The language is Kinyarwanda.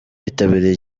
bitabiriye